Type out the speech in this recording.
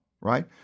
right